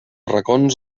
racons